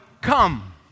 come